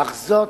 אך זאת